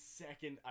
second